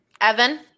Evan